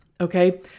Okay